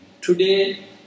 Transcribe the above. Today